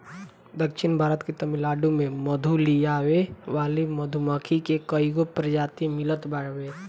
दक्षिण भारत के तमिलनाडु में मधु लियावे वाली मधुमक्खी के कईगो प्रजाति मिलत बावे